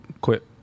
quit